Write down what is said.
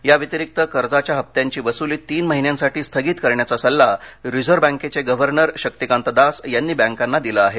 याव्यतिरिक्त कर्जाच्या हप्त्यांची वसुली तीन महिन्यांसाठी स्थगित करण्याचा सल्ला रिझर्व्ह बँकेघे गव्हर्नर शक्तिकांता दास यांनी बँकांना दिला आहे